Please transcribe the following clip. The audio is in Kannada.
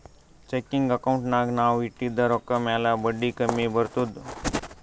ಚೆಕಿಂಗ್ ಅಕೌಂಟ್ನಾಗ್ ನಾವ್ ಇಟ್ಟಿದ ರೊಕ್ಕಾ ಮ್ಯಾಲ ಬಡ್ಡಿ ಕಮ್ಮಿ ಬರ್ತುದ್